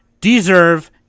deserve